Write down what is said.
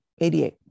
88